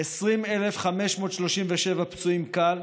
20,537 פצועים קל